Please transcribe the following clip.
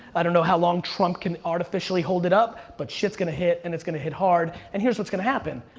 i don't know how long trump can artificially hold it up, but shit's gonna hit and it's gonna hit hard. and here's what's gonna happen.